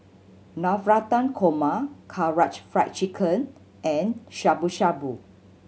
Navratan Korma Karaage Fried Chicken and Shabu Shabu